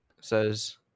Says